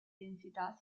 densità